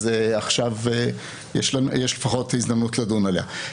אז עכשיו יש לפחות הזדמנות לדון עליה.